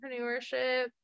entrepreneurship